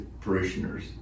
parishioners